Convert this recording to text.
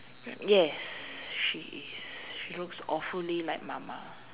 yes she is she looks awfully like mama